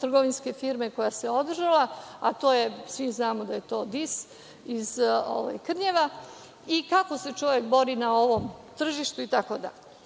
trgovinske firme koja se održala, a svi znamo da je to „Dis“ iz Krnjeva, i kako se čovek bori na ovom tržištu itd. Teško